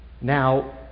Now